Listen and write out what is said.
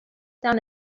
down